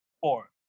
Four